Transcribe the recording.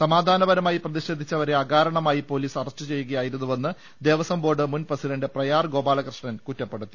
സമാധാനപരമായി പ്രതിഷേധിച്ചവരെ അകാര ണമായി പോലീസ് അറസ്റ്റ് ചെയ്യുകയായിരുന്നുവെന്ന് ദേവസ്വം ബോർഡ് മുൻ പ്രസിഡന്റ് പ്രയാർ ഗോപാലകൃഷ്ണൻ കുറ്റപ്പെടുത്തി